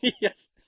Yes